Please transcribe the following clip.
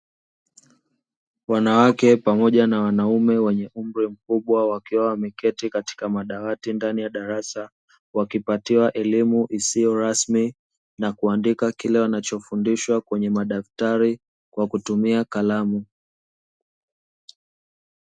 Wanawake pamoja na wanaume wenye umri mkubwa, wakiwa wameketi katika madawati ndani ya darasa, wakipatiwa elimu isiyo rasmi, na kuandika kile wanachofundishwa kwenye madaftari kwa kutumia kalamu.